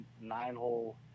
nine-hole